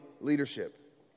leadership